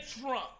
Trump